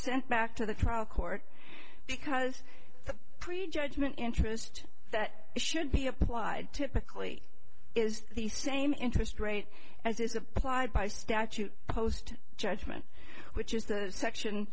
sent back to the trial court because the pre judgment interest that should be applied to early is the same interest rate as is applied by statute post judgment which is the section